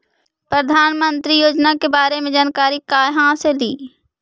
प्रधानमंत्री योजना के बारे मे जानकारी काहे से ली?